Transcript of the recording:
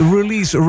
Release